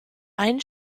ein